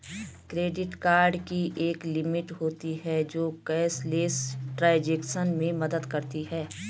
credit card की एक limit होती है जो कैशलेस ट्रांज़ैक्शन में मदद करती है